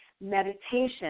Meditation